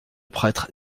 prêtre